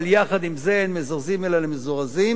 אבל יחד עם זה, "אין מזרזין אלא למזורזין",